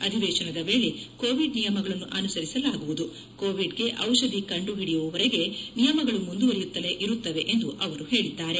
ಅಧಿವೇಶನದ ವೇಳೆ ಕೋವಿಡ್ ನಿಯಮಗಳನ್ನು ಅನುಸರಿಸಲಾಗುವುದು ಕೋವಿಡ್ಗೆ ಔಷಧಿ ಕಂಡುಹಿಡಿಯುವವರೆಗೆ ನಿಯಮಗಳು ಮುಂದುವರಿಯುತ್ತಲೇ ಇರುತ್ತವೆ ಎಂದು ಅವರು ಪೇಳಿದ್ದಾರೆ